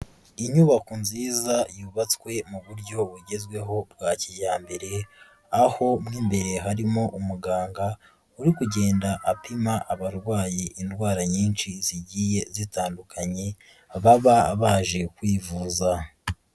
Inyubako nziza yubatswe mu buryo bugezweho bwa kijyambere, aho mo imbere harimo umuganga, uri kugenda apima abarwayi indwara nyinshi zigiye zitandukanye baba baje kwivuza.